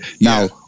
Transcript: Now